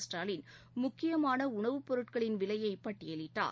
ஸ்டாலின் முக்கியமானஉணவுப் பொருட்களின் விலையைபட்டியலிட்டார்